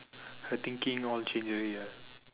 her thinking all change here